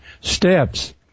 steps